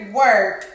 work